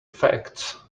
facts